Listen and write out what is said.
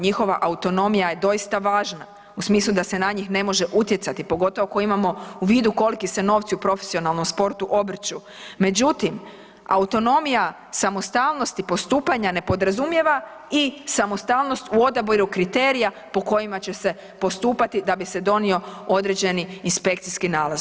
Njihova autonomija je doista važna u smislu da se na njih ne može utjecati, pogotovo ako imamo u vidu koliki se novci u profesionalnom sportu obrću, međutim autonomija samostalnosti postupanja ne podrazumijeva i samostalnost u odabiru kriterija po kojima će se postupati da bi se donio određeni inspekcijski nalaz.